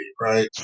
right